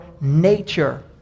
nature